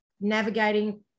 navigating